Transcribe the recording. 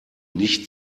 nicht